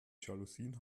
jalousien